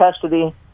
custody